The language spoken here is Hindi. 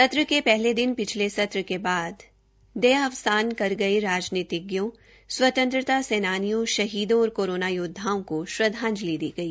सत्र के पहले दिन पिछले सत्र के बाद देहावसान कर गये राजनीतिज्ञों स्वतंत्रता सेनानियों शहीदों और कोरोना योदधाओं को श्रदधाजंलि दी गई